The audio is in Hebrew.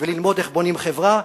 וללמוד איך בונים חברה.